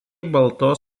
baltos